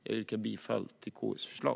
Jag yrkar bifall till KU:s förslag.